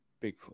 Bigfoot